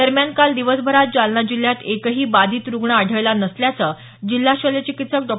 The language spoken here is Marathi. दरम्यान काल दिवसभरात जालना जिल्ह्यात एकही बाधित रुग्ण आढळला नसल्याचं जिल्हा शल्यचिकित्सक डॉ